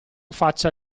faccia